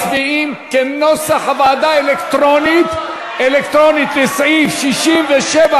אנחנו מצביעים אלקטרונית על סעיף 67,